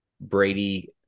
brady